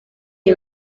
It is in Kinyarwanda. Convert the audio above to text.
iyi